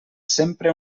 sempre